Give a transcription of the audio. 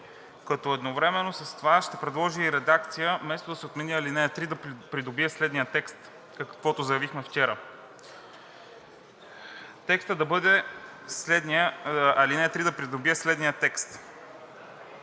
като едновременно с това ще предложа и редакция – вместо да се отмени, ал. 3 да придобие следния текст, каквото заявихме вчера. Алинея 3 да придобие следния текст: